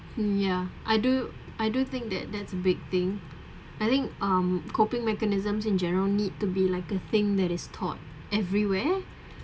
ya I do I do think that that's a big thing I think um coping mechanism in general need to be like a thing that is taught everywhere